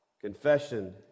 confession